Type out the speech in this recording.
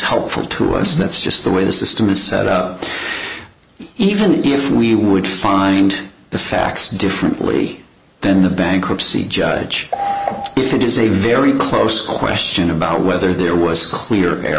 helpful to us that's just the way the system is set up even if we would find the facts differently than the bankruptcy judge if it is a very close question about whether there was clear